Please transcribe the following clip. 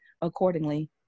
accordingly